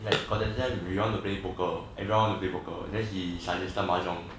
ya got that time we want to play poker everyone want to play poker then he suggested mahjong